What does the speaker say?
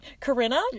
Corinna